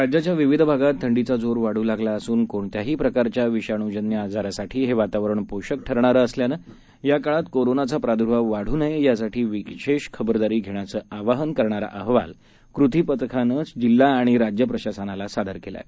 राज्याच्याविविधभागातथंडीचाजोरवाढूलागलाअसून कोणत्याहीप्रकारच्याविषाणूजन्यआजारासाठीहेवातावरणपोषकठरणारंअसल्यानं याकाळातकोरोनाचाप्रादुर्भाववादूनयेयासाठीविशेषखबरदारीघेण्याचंआवाहनकरणाराअहवाल कृतीपथकानंजिल्हाआणिराज्यप्रशासनालासादरकेलाआहे